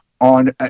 on